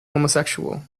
homosexual